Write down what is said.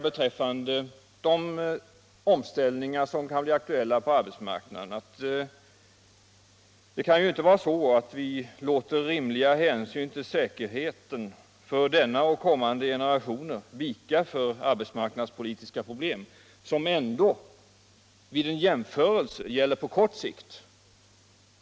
Beträffande de omställningar som kan bli aktuella på arbetsmarknaden vill jag också säga att vi ju inte kan låta rimliga hänsyn till säkerheten för nuvarande och kommande generationer vika för arbetsmarknadspolitiska problem, som ändå gäller på kort sikt.